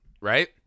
right